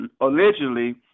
allegedly